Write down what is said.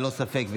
ללא ספק,